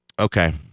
Okay